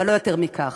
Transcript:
אבל לא יותר מכך.